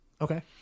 Okay